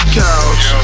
couch